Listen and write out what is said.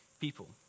people